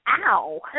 Ow